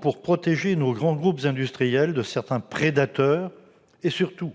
pour protéger, dès à présent, nos grands groupes industriels de certains prédateurs et, surtout,